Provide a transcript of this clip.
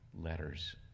letters